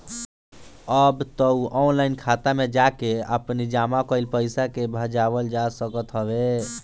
अब तअ ऑनलाइन खाता में जाके आपनी जमा कईल पईसा के भजावल जा सकत हवे